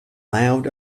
loud